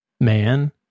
man